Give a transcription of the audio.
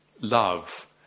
love